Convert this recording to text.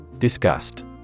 Disgust